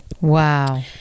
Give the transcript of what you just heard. Wow